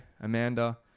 Amanda